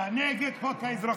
נגד חוק האזרחות.